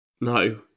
No